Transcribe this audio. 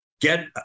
get –